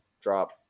Drop